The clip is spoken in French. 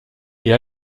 est